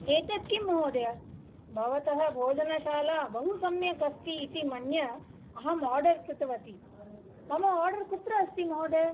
एतद् किं महोदय भवतः भोजनशाला बहु सम्यक् अस्ति इति मन्य अहम् आर्डर् कृतवती मम आर्डर् कुत्र अस्ति महोदय